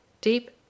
deep